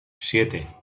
siete